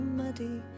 muddy